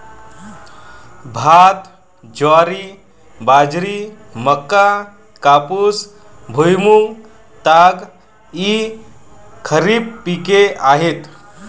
भात, ज्वारी, बाजरी, मका, कापूस, भुईमूग, ताग इ खरीप पिके आहेत